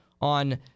on